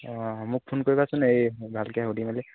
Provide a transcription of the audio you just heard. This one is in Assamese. অঁ মোক ফোন কৰিবাচোন এই ভালকৈ সুধি মেলি